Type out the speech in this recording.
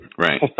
Right